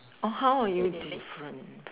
oh how are you different